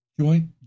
joint